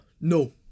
no